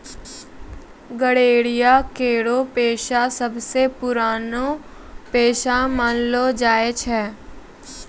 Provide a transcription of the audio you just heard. गड़ेरिया केरो पेशा सबसें पुरानो पेशा मानलो जाय छै